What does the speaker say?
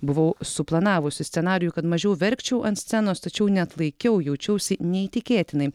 buvau suplanavusi scenarijų kad mažiau verkčiau ant scenos tačiau neatlaikiau jaučiausi neįtikėtinai